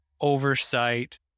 oversight